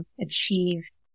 achieved